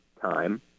time